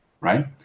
right